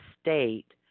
state